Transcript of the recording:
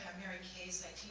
mary case. i